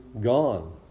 gone